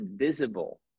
invisible